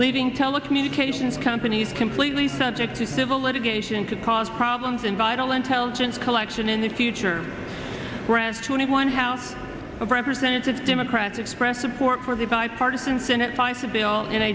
leaving telecommunications companies completely subject to civil litigation could cause problems in vital intelligence collection in the future grant twenty one house of representatives democrats expressed support for the bipartisan senate five to bill